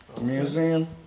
Museum